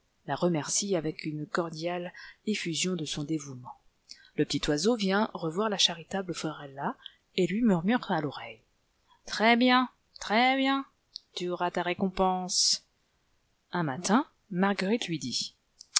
la remercie avec une cordiale effusion de son dévouement le petit oiseau vient revoir la charitable florella et lui murmure à l'oreille très-bien très-bien tu auras ta récompense un matin marguerite lui dit